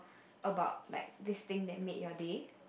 about like this thing that made your day